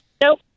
Nope